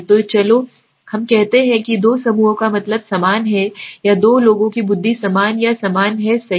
तो चलो हम कहते हैं कि दो समूहों का मतलब समान है या दो लोगों की बुद्धि समान या समान है सही